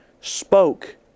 spoke